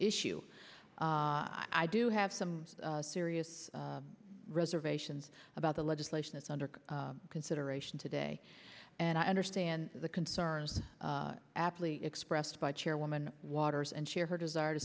issue i do have some serious reservations about the legislation is under consideration today and i understand the concerns aptly expressed by chairwoman waters and share her desire to